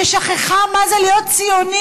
ששכחה מה זה להיות ציונית,